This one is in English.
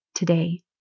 Today